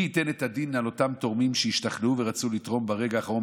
מי ייתן את הדין על אותם תורמים שהשתכנעו ורצו לתרום וברגע האחרון,